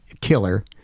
killer